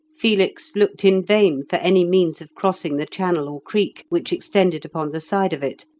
felix looked in vain for any means of crossing the channel or creek, which extended upon the side of it,